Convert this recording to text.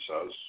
says